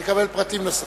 לקבל פרטים נוספים.